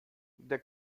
der